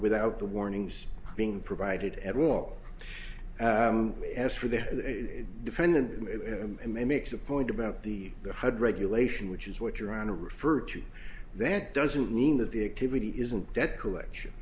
without the warnings being provided at all as for the defendant and makes a point about the hud regulation which is what you're on to refer to that doesn't mean that the activity isn't that collection